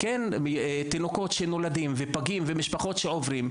תינוקות שנולדים פגים ומשפחות שעוברות,